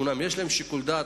אומנם יש לשופטים שיקול דעת,